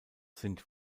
sind